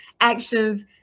actions